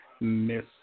Miss